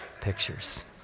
pictures